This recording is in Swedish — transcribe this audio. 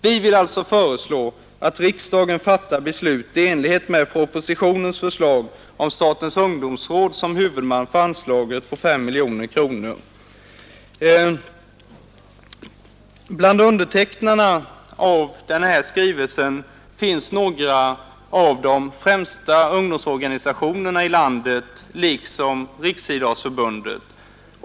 Vi vill alltså föreslå att riksdagen fattar beslut i enlighet med propositionens förslag om Statens Ungdomsråd som huvudman för anslaget på 5 miljoner kronor.” 186 Bland undertecknarna av skrivelsen finns några av de främsta ungdomsorganisationerna liksom Riksidrottsförbundet.